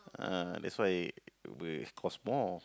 uh that's why will cost more